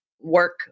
work